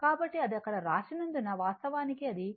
కాబట్టి అది అక్కడ వ్రాసినందున వాస్తవానికి ఇది q y